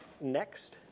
Next